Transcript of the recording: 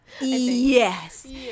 Yes